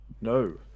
no